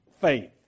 faith